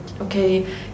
okay